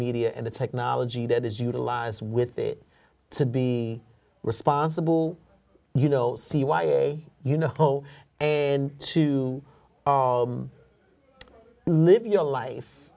media and the technology that is utilize with it to be responsible you know c y a you know and to live your life